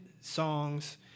songs